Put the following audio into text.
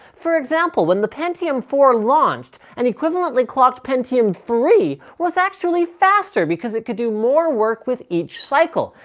for example, when the pentium four launched an and equivalently clocked pentium three was actually faster because it could do more work with each cycle.